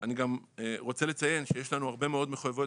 אני גם רוצה לציין שיש לנו הרבה מאוד מחויבות